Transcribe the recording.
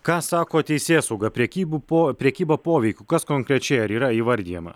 ką sako teisėsauga prekybu po prekyba poveikiu kas konkrečiai ar yra įvardijama